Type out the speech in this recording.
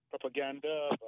propaganda